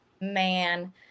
Man